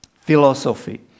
philosophy